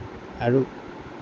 আৰু